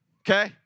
okay